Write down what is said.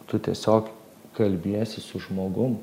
tu tiesiog kalbiesi su žmogum